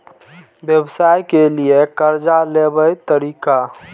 व्यवसाय के लियै कर्जा लेबे तरीका?